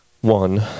One